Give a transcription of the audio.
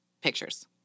pictures